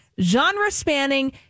genre-spanning